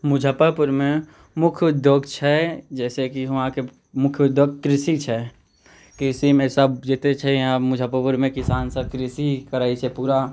मुजफ्फरपुरमे मुख्य उद्योग छै जैसे कि ओतऽके मुख्य उद्योग कृषि छै कृषिमे सब जते छै यहाँ मुजफ्फरपुरमे किसान सब कृषि करैत छै पूरा